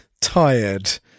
tired